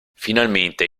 finalmente